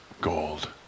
gold